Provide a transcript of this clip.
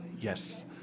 Yes